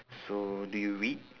so do you read